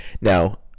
Now